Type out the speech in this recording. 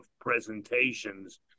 presentations